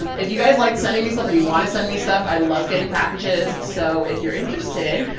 if you guys liked sending me stuff or you want to send me stuff, i love getting packages. so if you're interested,